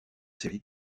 séries